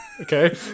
okay